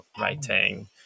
writing